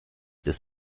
des